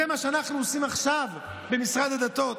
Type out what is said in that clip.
זה מה שאנחנו עושים עכשיו במשרד הדתות,